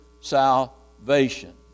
salvation